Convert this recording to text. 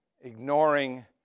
ignoring